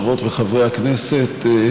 חברות וחברי הכנסת,